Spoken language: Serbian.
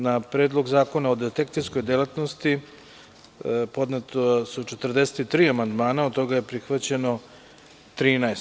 Na Predlog zakona o detektivskoj delatnosti podneta su 43 amandmana, a od toga je prihvaćeno 13.